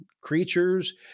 creatures